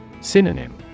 Synonym